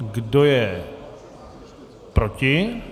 Kdo je proti?